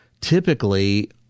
typically